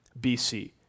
BC